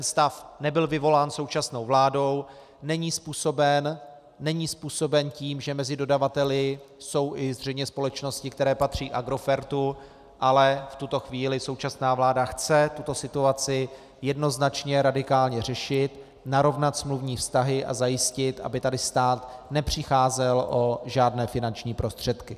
Stav nebyl vyvolán současnou vládou, není způsoben tím, že mezi dodavateli jsou zřejmě i společnosti, které patří Agrofertu, ale v tuto chvíli současná vláda chce tuto situaci jednoznačně radikálně řešit, narovnat smluvní vztahy a zajistit, aby stát nepřicházel o žádné finanční prostředky.